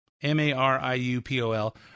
M-A-R-I-U-P-O-L